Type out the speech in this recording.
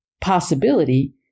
possibility